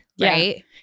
right